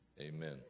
Amen